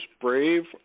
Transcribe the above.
brave